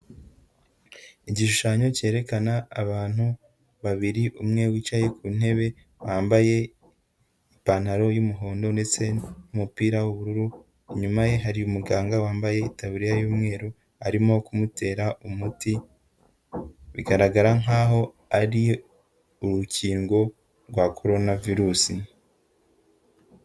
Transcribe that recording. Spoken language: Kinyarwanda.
Igishushanyo cyerekana abantu babiri, umwe wicaye ku ntebe wambaye ipantaro y'umuhondo ndetse n'umupira w'ubururu, inyuma ye hari muganga wambaye itaburiya y'umweru arimo kumutera umuti, bigaragara nkaho ari urukingo rwa korona virusi.